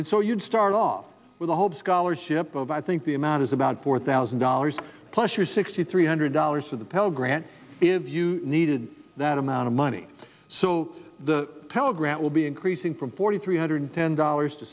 and so you'd start off with a hope scholarship of i think the amount is about four thousand dollars plus or sixty three hundred dollars for the pell grant if you needed that amount of money so the pell grant will be increasing from forty three hundred ten dollars to